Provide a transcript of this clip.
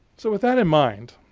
so, with that in mind,